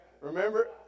remember